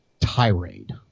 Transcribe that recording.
tirade